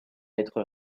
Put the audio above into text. être